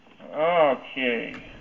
Okay